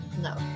No